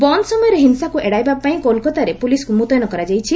ବନ୍ଦ୍ ସମୟରେ ହିଂସାକୁ ଏଡ଼ାଇବାପାଇଁ କୋଲ୍କତାରେ ପୁଲିସ୍କୁ ମୁତୟନ କରାଯାଇଛି